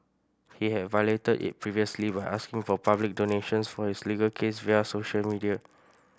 he had violated it previously by asking for public donations for his legal case via social media